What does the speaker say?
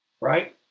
Right